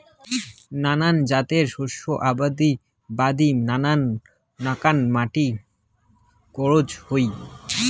নানান জাতের শস্য আবাদির বাদি নানান নাকান মাটির গরোজ হই